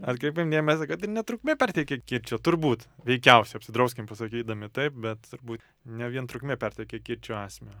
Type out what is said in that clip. atkreipėm dėmesį kad ir ne trukmė perteikia kirčio turbūt veikiausia apsidrauskim pasakydami taip bet turbūt ne vien trukmė perteikia kirčo esmę